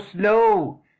slow